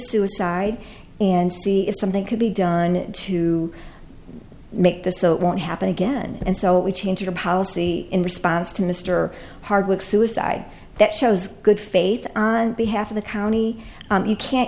suicide and see if something could be done to make this so it won't happen again and so we change our policy in response to mr hardwick suicide that shows good faith on behalf of the county you can't